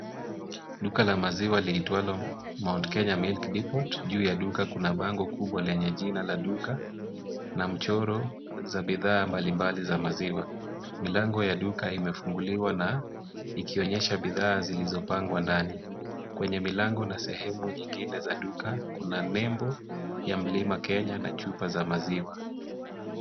Duka la maziwa liitwalo Mount Kenya Milk Depot. Juu ya duka, kuna bango kubwa lenye jina la duka, na michoro ya bidhaa mbalimbali za maziwa. Milango ya duka imefunguliwa, na ikionyesha bidhaa zilizopangwa ndani. Kwenye milango na sehemu nyingine za duka kuna nembo ya mlima Kenya na chupa za maziwa.